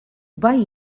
bai